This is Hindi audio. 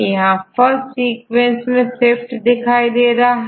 यहां फर्स्ट सीक्वेंस में स्विफ्ट दिखाई दे रहा है